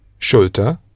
schulter